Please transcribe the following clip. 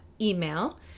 email